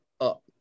up